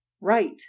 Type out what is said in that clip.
Right